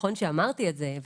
נכון שאמרתי את זה,